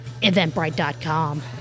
eventbrite.com